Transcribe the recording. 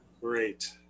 Great